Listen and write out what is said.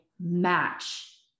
match